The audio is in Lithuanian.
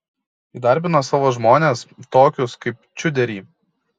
įdarbino savo žmones tokius kaip čiuderį